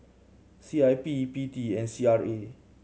C I P P T and C R A